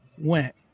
went